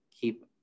keep